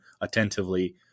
attentively